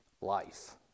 life